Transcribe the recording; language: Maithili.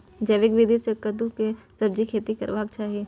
जैविक विधी से कद्दु के सब्जीक खेती करबाक चाही?